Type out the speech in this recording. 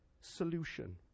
solution